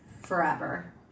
Forever